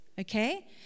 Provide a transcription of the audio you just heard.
Okay